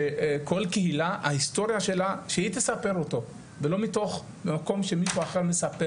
שכל קהילה ההיסטוריה שלה שהיא תספר אותו ולא מתוך שמישהו אחר מספר,